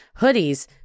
hoodies